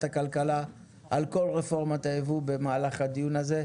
הכלכלה על כל רפורמת היבוא במהלך הדיון הזה.